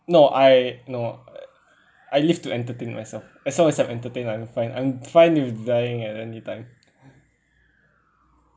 no I no I live to entertain myself as long as I'm entertained I'm fine I'm fine with dying at anytime